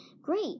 Great